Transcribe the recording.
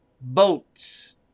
boats